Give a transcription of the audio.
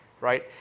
right